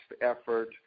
effort